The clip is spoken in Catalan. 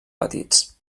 petits